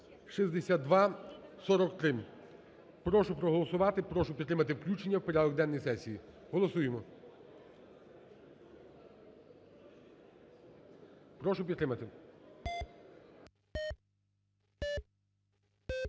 6243). Прошу проголосувати, прошу підтримати включення в порядок денний сесії, голосуємо. Прошу підтримати.